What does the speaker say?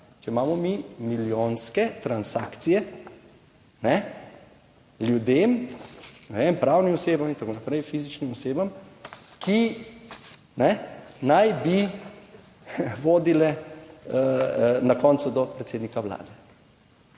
če imamo mi milijonske transakcije, ne, ljudem, ne vem, pravnim osebam in tako naprej, fizičnim osebam, ki naj bi vodile na koncu do predsednika Vlade.